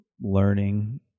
learning